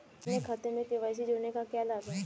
अपने खाते में के.वाई.सी जोड़ने का क्या लाभ है?